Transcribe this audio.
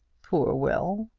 poor will!